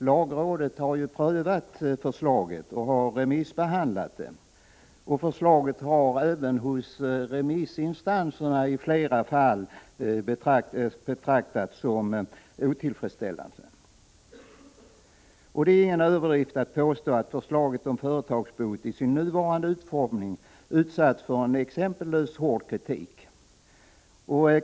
Lagrådet har prövat och remissbehandlat förslaget, och det har i flera fall betraktats som otillfredsställande. Det är ingen överdrift att påstå att förslaget om företagsbot i sin nuvarande utformning har utsatts för en exempellöst hård kritik.